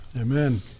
Amen